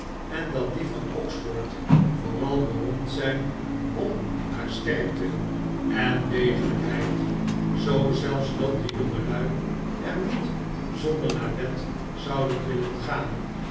en dat die van oxford vooral beroemd zijn om haar sterkte en degelijkheid zoo zelfs dat de jongelui er niet zonder naar bed zouden willen gaan